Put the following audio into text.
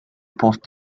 post